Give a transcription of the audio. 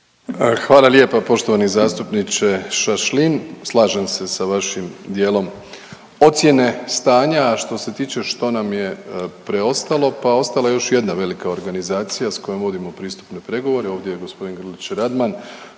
Hvala lijepa poštovani zastupniče Šašlin, slažem se sa vašim dijelom ocjene stanja. A što se tiče što nam je preostalo, pa ostala je još jedna velika organizacija sa kojom vodimo pristupne pregovore, ovdje je gospodin Grlić-Radman